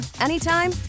anytime